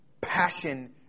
passion